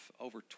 over